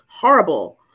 horrible